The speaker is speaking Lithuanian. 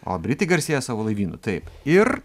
o britai garsėja savo laivynu taip ir